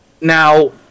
Now